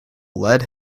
lead